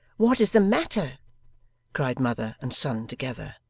what is the matter cried mother and son together.